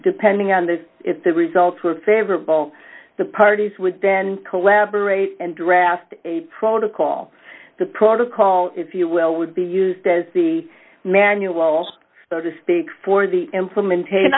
depending on the if the results were favorable d the parties would then collaborate and draft a protocol the protocol if you will would be used as the manual so to speak for the implementation